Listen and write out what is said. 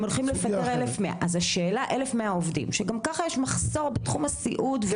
הולכים לפטר 1,100 עובדים שגם ככה יש מחסור בתחום הסיעוד.